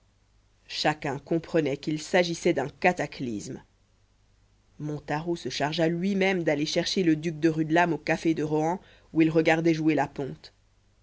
chacun comprenait qu'il s'agissait d'un cataclysme montaroux se chargea lui-même d'aller chercher le duc de rudelame au café de rohan où il regardait jouer la ponte